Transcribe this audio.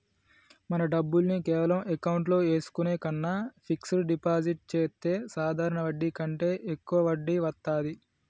మన డబ్బుల్ని కేవలం అకౌంట్లో ఏసుకునే కన్నా ఫిక్సడ్ డిపాజిట్ చెత్తే సాధారణ వడ్డీ కంటే యెక్కువ వడ్డీ వత్తాది